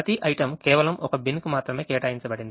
ప్రతి item కేవలంఒక బిన్కు మాత్రమేకేటాయించబడింది